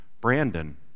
brandon